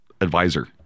advisor